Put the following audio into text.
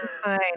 Fine